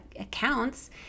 accounts